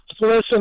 listen